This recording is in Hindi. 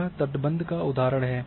यह तटबंध का उदाहरण है